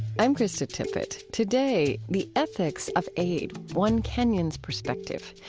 i'm krista tippett. today, the ethics of aid one kenyan's perspective.